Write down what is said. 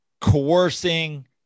coercing